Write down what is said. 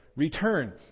return